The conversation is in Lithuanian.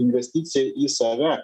investicija į save